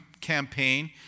campaign